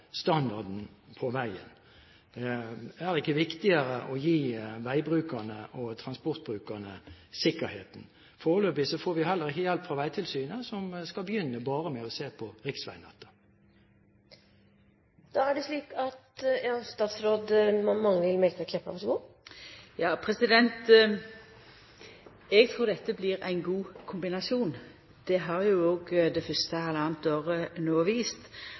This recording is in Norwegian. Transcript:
standarden på veien? Er det ikke viktigere å gi veibrukerne og transportbrukerne sikkerhet? Foreløpig får vi heller ikke hjelp fra Vegtilsynet, som skal begynne med bare å se på riksveinettet. Eg trur dette blir ein god kombinasjon. Det har òg det fyrste halvanna året no vist. På den eine sida tek vi omsyn når det gjeld både standard og